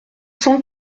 cent